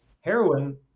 heroin